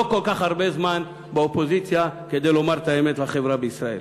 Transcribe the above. לא כל כך הרבה זמן באופוזיציה כדי לומר את האמת לחברה בישראל.